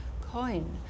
coin